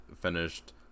finished